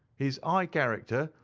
his high character,